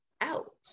out